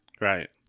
Right